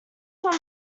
some